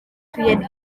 rhieni